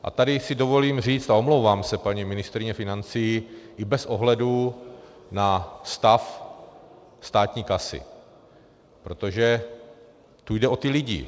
A tady si dovolím říct, a omlouvám se paní ministryni financí, i bez ohledu na stav státní kasy, protože tu jde o ty lidi.